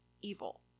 evil